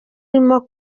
irimo